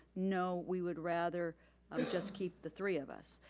no, we would rather um just keep the three of us.